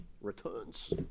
returns